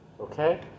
Okay